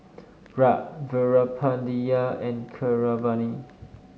Raj Veerapandiya and Keeravani